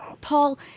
Paul